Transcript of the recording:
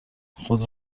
خود